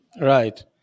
right